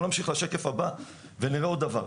בואו נמשיך לשקף הבא ונראה עוד דבר.